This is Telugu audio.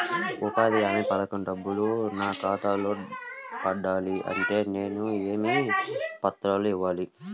ఉపాధి హామీ పథకం డబ్బులు నా ఖాతాలో పడాలి అంటే నేను ఏ పత్రాలు ఇవ్వాలి?